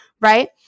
right